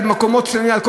על כל הדרום.